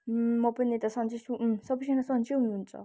म पनि यता सन्चै छु सबैजना सन्चै हुनुहुन्छ